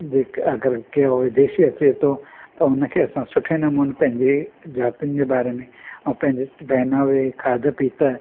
जेके अगरि कहिड़ो विदेशी अचे थो त हुन खे असां सुठे नमूने पंहिंजे ज़ातियुनि जे बारे में ऐं पंहिंजे पेहनावे खाद पीत